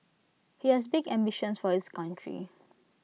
he has big ambitions for his country